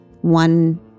One